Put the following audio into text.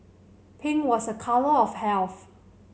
pink was a colour of health